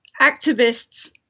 activists